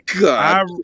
God